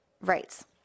rights